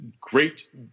great